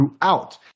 throughout